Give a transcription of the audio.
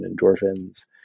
endorphins